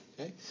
Okay